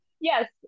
Yes